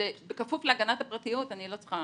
בכפוף להגנת הפרטיות, אני לא צריכה